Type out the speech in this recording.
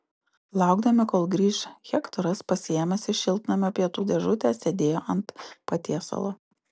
laukdami kol grįš hektoras pasiėmęs iš šiltnamio pietų dėžutę sėdėjo ant patiesalo